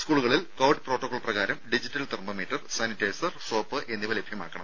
സ്കൂളുകളിൽ covid protocol പ്രകാരം digital thermometer sanitizer soap എന്നിവ ലഭ്യമാക്കണം